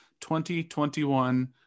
2021